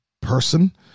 person